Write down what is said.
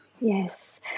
Yes